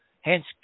hence